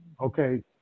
okay